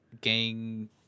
Gang